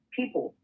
people